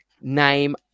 name